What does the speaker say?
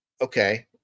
Okay